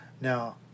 Now